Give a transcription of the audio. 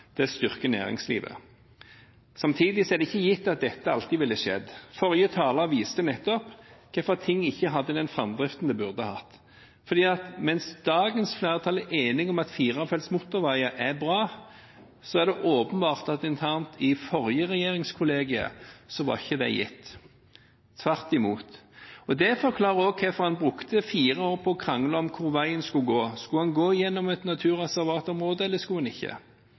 arbeidsregioner styrker næringslivet. Samtidig er det ikke gitt at dette alltid ville skjedd. Forrige taler viste nettopp hvorfor ting ikke hadde den framdriften det burde hatt, for mens dagens flertall er enige om at firefelts motorveier er bra, er det åpenbart at internt i forrige regjeringskollegium var ikke det gitt – tvert imot. Det forklarer også hvorfor en brukte fire år på å krangle om hvor veien skulle gå – skulle den gå gjennom et naturreservatområde eller skulle den ikke?